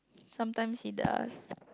sometimes he does